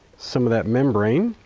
some of that membrane.